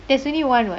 there's only one [what]